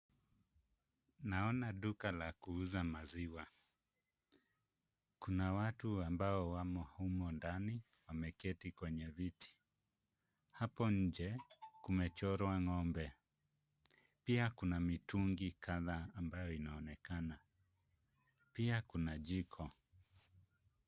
Naona duka la kuuza maziwa. Kuna watu ambao wamo humo ndani wameketi kwenye viti. Hapo nje umechorwa ng'ombe, pia kuna mitungi kadhaa ambayo inaonekana, pia kuna jiko.